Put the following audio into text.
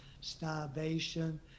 starvation